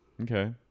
okay